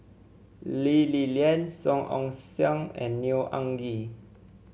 Lee Li Lian Song Ong Siang and Neo Anngee